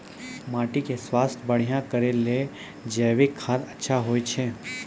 माटी के स्वास्थ्य बढ़िया करै ले जैविक खाद अच्छा होय छै?